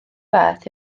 fath